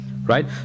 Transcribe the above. Right